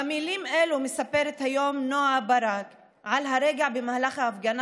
במילים אלו מספרת היום נועה ברק על הרגע במהלך ההפגנה